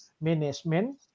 management